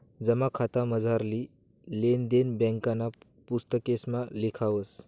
जमा खातामझारली लेन देन ब्यांकना पुस्तकेसमा लिखावस